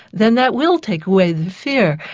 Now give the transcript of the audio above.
then that will take away the fear.